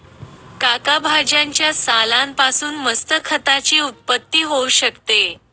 काका भाज्यांच्या सालान पासून मस्त खताची उत्पत्ती होऊ शकते